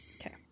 okay